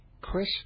Chris